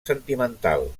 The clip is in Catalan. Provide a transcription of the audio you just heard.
sentimental